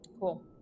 Cool